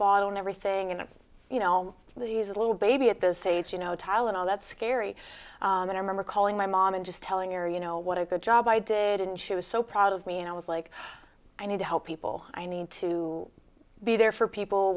bottle and everything and you know these little baby at this age you know tylenol that's scary and i remember calling my mom and just telling her you know what a good job i did and she was so proud of me and i was like i need to help people i need to be there for people